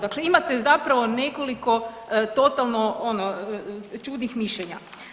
Dakle, imate zapravo nekoliko totalno ono čudnih mišljenja.